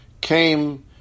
came